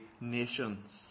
nations